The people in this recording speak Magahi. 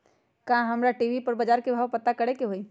का हमरा टी.वी पर बजार के भाव पता करे के होई?